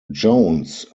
jones